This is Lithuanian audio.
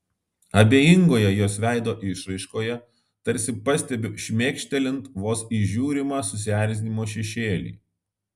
abejingoje jos veido išraiškoje tarsi pastebiu šmėkštelint vos įžiūrimą susierzinimo šešėlį